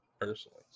personally